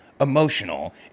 emotional